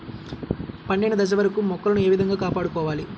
పండిన దశ వరకు మొక్కలను ఏ విధంగా కాపాడుకోవాలి?